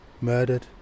murdered